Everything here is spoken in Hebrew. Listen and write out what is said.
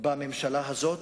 בממשלה הזאת,